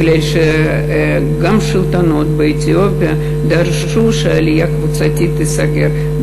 כי גם השלטונות באתיופיה דרשו שהעלייה הקבוצתית תיסגר,